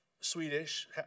Swedish